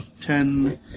ten